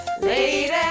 Lady